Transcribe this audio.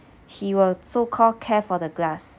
he will so called care for the glass